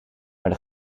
maar